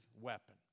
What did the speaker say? weapon